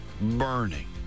burning